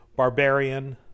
Barbarian